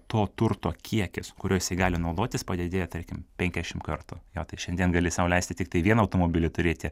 to turto kiekis kuriuo jisai gali naudotis padidėja tarkim penkiasšim kartų jo tai šiandien gali sau leisti tiktai vieną automobilį turėti